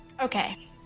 Okay